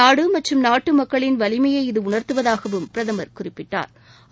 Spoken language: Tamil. நாடு மற்றும் நாட்டு மக்களின் வலிமையை இது உணா்த்துவதாகவும் பிரதமா் குறிப்பிட்டாா்